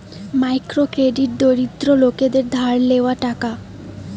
micro credit দরিদ্র লোকদের ধার লেওয়া টাকা